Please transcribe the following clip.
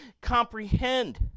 comprehend